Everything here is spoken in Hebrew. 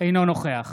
אינו נוכח